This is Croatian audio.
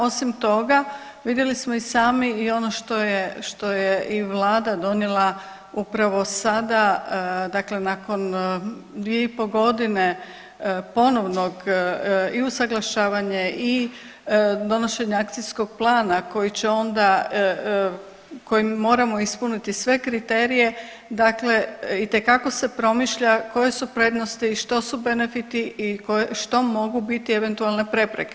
Osim toga vidjeli smo i sami i ono što je i Vlada donijela upravo sada dakle nakon 2 i pol godine ponovnog i usuglašavanja i donošenja Akcijskog plana koji će onda kojim moramo ispuniti sve kriterije dakle itekako se promišlja koje su prednosti i što su benefiti i što mogu biti eventualne prepreke.